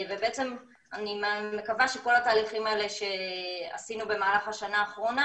אני מקווה שכל התהליכים האלה שעשינו במהלך השנה האחרונה